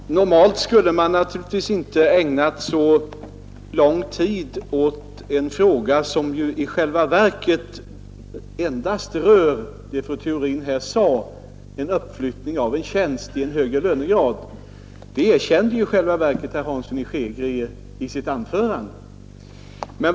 Fru talman! Normalt skulle vi naturligtvis inte ägnat så lång tid åt en fråga som endast rör uppflyttning av en tjänst i en högre lönegrad — det erkände också herr Hansson i Skegrie i sitt anförande.